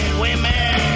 women